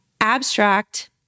abstract